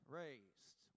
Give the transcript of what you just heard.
raised